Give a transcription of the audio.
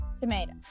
Tomato